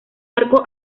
arco